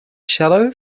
shallow